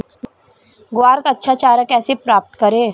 ग्वार का अच्छा चारा कैसे प्राप्त करें?